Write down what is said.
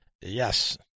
Yes